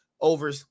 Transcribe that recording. over